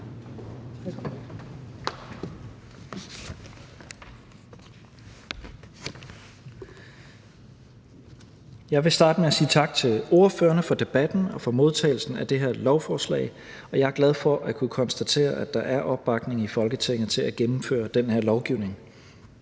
Jeg vil starte med at sige tak til ordførerne for debatten og for modtagelsen af det her lovforslag. Jeg er glad for at kunne konstatere, at der er opbakning i Folketinget til at gennemføre den her lovgivning.